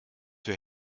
für